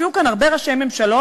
הופיעו כאן הרבה ראשי ממשלות,